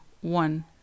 one